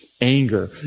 anger